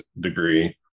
degree